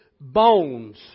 bones